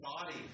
body